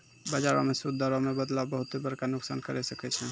बजारो मे सूद दरो मे बदलाव बहुते बड़का नुकसान करै सकै छै